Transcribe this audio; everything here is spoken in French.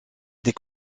des